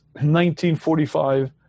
1945